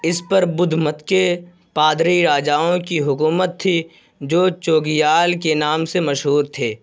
اس پر بدھ مت کے پادری راجاؤں کی حکومت تھی جو چوگیال کے نام سے مشہور تھے